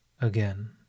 Again